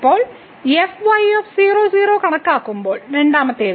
ഇപ്പോൾ fy00 കണക്കാക്കുമ്പോൾ രണ്ടാമത്തേത്